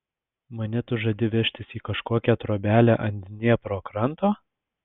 mane tu žadi vežtis į kažkokią trobelę ant dniepro kranto